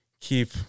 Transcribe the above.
keep